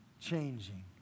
changing